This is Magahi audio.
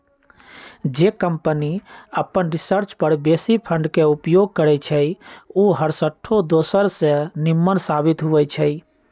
जे कंपनी अप्पन रिसर्च पर बेशी फंड के उपयोग करइ छइ उ हरसठ्ठो दोसर से निम्मन साबित होइ छइ